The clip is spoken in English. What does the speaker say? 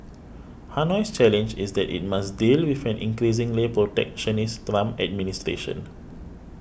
Hanoi's challenge is that it must deal with an increasingly protectionist Trump administration